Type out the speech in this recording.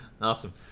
Awesome